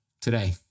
today